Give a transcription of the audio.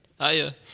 Hiya